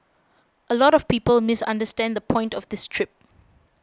a lot of people misunderstand the point of this trip